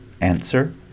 Answer